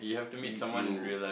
if you